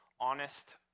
honest